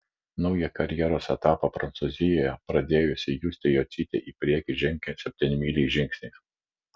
naują karjeros etapą prancūzijoje pradėjusi justė jocytė į priekį žengia septynmyliais žingsniais